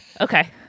okay